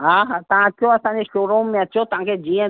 हा हा तव्हां अचो असांजे शो रूम में अचो तव्हांखे जीअं